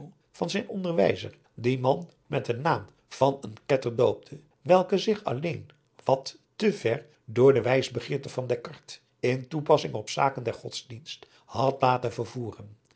van zijn onderwijzer dien man met den naam van een ketter doopte welke zich alleen wat te ver door de wijsgeerte van descartes in toepassing op zaken den godsdienst had laten vervoeren